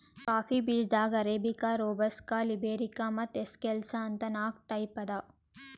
coffee ಬೀಜಾದಾಗ್ arabica, robusta, liberica ಮತ್ತ್ excelsa ಅಂತ್ ನಾಕ್ ಟೈಪ್ ಅವಾ